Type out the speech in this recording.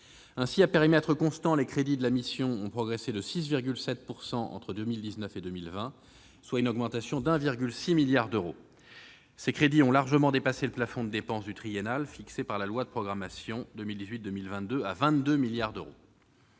Ainsi, à périmètre constant, les crédits de la mission ont progressé de 6,7 % entre 2019 et 2020, soit une augmentation de 1,6 milliard d'euros. Ces crédits ont largement dépassé le plafond de dépense triennal fixé par la loi de programmation 2018-2022 à 22 milliards d'euros.